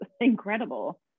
incredible